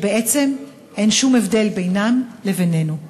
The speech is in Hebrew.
כשבעצם אין שום הבדל בינן לבינינו?